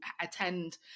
attend